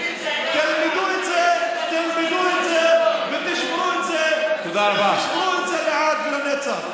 תלמדו את זה ותשמעו את זה לעד ולנצח.